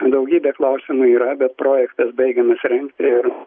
daugybė klausimų yra bet projektas baigiamas rengti ir